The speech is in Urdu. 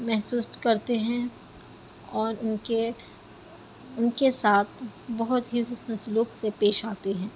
محسوس کرتے ہیں اور ان کے ان کے ساتھ بہت ہی حسن سلوک سے پیش آتے ہیں